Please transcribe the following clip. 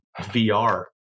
VR